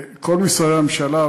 כל משרדי הממשלה,